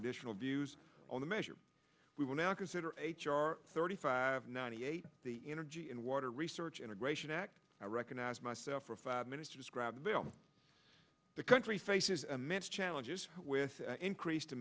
additional views on the measure we will now consider h r thirty five ninety eight the energy and water research integration act i recognize myself for five minutes to describe the bill the country faces amidst challenges with increased